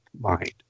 mind